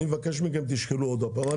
אני מבקש מכם, תשקלו עוד פעם.